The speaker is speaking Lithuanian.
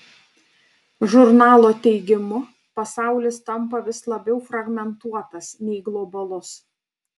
žurnalo teigimu pasaulis tampa vis labiau fragmentuotas nei globalus